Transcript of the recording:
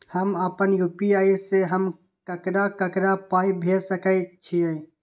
हम आपन यू.पी.आई से हम ककरा ककरा पाय भेज सकै छीयै?